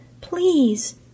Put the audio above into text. Please